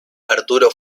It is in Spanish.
arturo